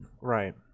right